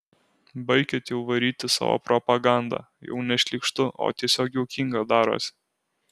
baikit jau varyti savo propagandą jau ne šlykštu o tiesiog juokinga darosi